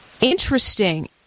interesting